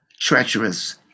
treacherous